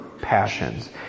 passions